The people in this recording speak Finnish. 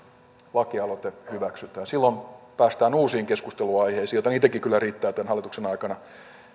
lakialoite hyväksytään silloin päästään uusiin keskusteluaiheisiin joita niitäkin kyllä riittää tämän hallituksen aikana